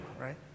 right